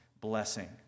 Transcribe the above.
blessing